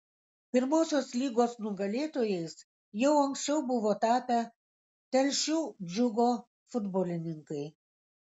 pirmosios lygos nugalėtojais jau anksčiau buvo tapę telšių džiugo futbolininkai